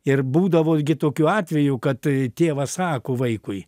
ir būdavo gi tokių atvejų kad tėvas sako vaikui